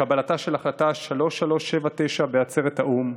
לקבלתה של החלטה 3379 בעצרת האו"ם,